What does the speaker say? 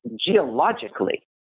geologically